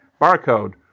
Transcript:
barcode